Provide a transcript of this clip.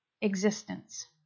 existence